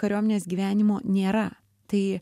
kariuomenės gyvenimo nėra tai